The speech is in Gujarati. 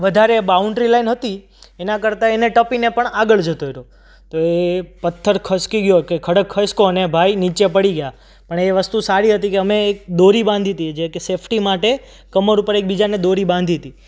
વધારે બાઉન્ડ્રી લાઈન હતી એનાં કરતાં એને ટપીને પણ આગળ જતો રહ્યો તો એ પથ્થર ખસકી ગયો કે ખડક ખસક્યો અને ભાઈ નીચે પડી ગયા પણ એ વસ્તુ સારી હતી કે અમે એક દોરી બાંધી હતી જે કે સેફટી માટે કમર ઉપર એક બીજાને દોરી બાંધી હતી